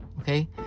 okay